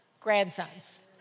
grandsons